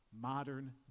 modern